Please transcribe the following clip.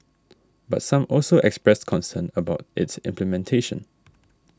but some also expressed concerns about its implementation